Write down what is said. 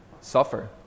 suffer